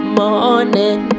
morning